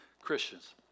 Christians